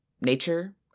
Nature